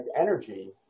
energy